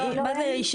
מה זה אישור על בדיקה?